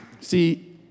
See